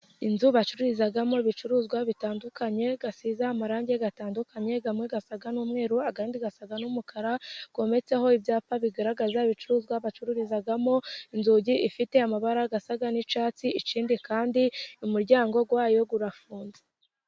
Inzu bacururizagamo ibicuruzwa bitandukanye, asize amarangi atandukanye amwe asa n'umweru, ahinda asa n'umukara hometseho ibyapa bigaragaza ibicuruzwa bacururizamo, inzugi ifite amabara asa n'icyatsi ikindi kandi umuryango wayo urafunze.